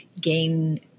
gain